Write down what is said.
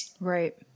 Right